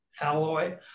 alloy